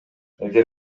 эгер